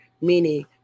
meaning